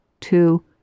two